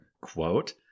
Quote